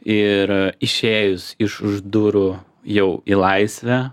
ir išėjus iš už durų jau į laisvę